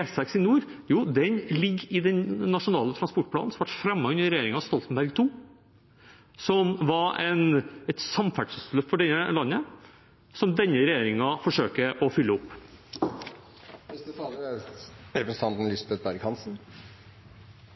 E6 i nord ligger i den nasjonale transportplanen som ble fremmet under regjeringen Stoltenberg II, som var et samferdselsløft for den delen av landet, som denne regjeringen forsøker å følge opp. Det er